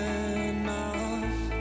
enough